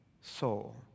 soul